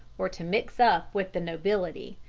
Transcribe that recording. or to mix up with the nobility.